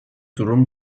durum